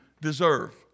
deserve